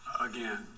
again